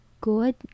good